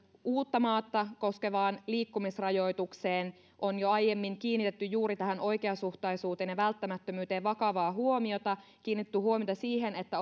uuttamaata koskevaan liikkumisrajoitukseen on jo aiemmin kiinnitetty juuri tähän oikeasuhtaisuuteen ja välttämättömyyteen vakavaa huomiota kiinnitetty huomiota siihen että